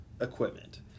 equipment